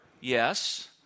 yes